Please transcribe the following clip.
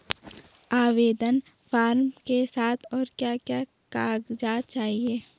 आवेदन फार्म के साथ और क्या क्या कागज़ात चाहिए?